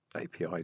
API